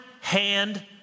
hand